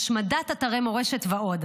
השמדת אתרי מורשת ועוד.